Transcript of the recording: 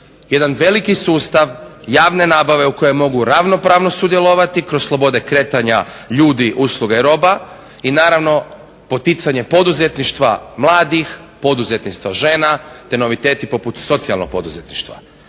jedan veliki sustav javne nabave u kojem mogu ravnopravno sudjelovati kroz slobode kretanja ljudi, usluga i roba. I naravno poticanje poduzetništva mladih, poduzetništva žena, te noviteti poput socijalnog poduzetništva.